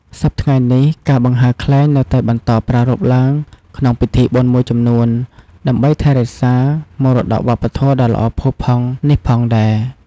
សព្វថ្ងៃនេះ ការបង្ហើរខ្លែងនៅតែបន្តប្រារព្ធឡើងក្នុងពិធីបុណ្យមួយចំនួន ដើម្បីថែរក្សាមរតកវប្បធម៌ដ៏ល្អផូរផង់នេះផងដែរ។